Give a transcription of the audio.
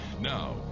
Now